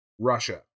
Russia